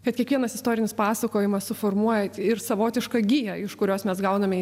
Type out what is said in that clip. kad kiekvienas istorinis pasakojimas suformuoja ir savotišką giją iš kurios mes gauname